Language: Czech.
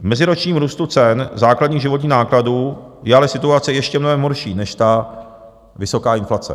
V meziročním růstu cen základních životních nákladů je ale situace ještě mnohem horší než ta vysoká inflace.